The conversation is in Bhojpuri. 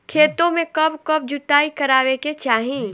खेतो में कब कब जुताई करावे के चाहि?